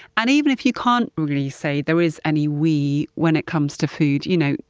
and even if you can't really say there is any we when it comes to food you know,